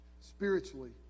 spiritually